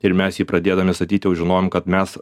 ir mes jį pradėdami statyti jau žinojom kad mes